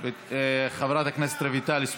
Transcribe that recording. גם אצל רויטל.